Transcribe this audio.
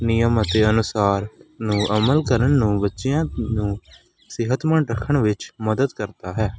ਨਿਯਮ ਅਤੇ ਅਨੁਸਾਰ ਨੂੰ ਅਮਲ ਕਰਨ ਨੂੰ ਬੱਚਿਆ ਨੂੰ ਸਿਹਤਮੰਦ ਰੱਖਣ ਵਿੱਚ ਮਦਦ ਕਰਦਾ ਹੈ